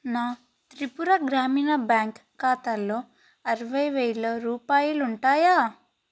నా త్రిపుర గ్రామీణ బ్యాంక్ ఖాతాలో అరవైవేల రూపాయాలుంటాయా